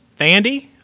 Vandy